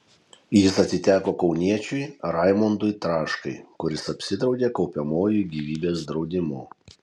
jis atiteko kauniečiui raimondui traškai kuris apsidraudė kaupiamuoju gyvybės draudimu